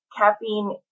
caffeine